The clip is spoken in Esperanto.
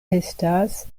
estas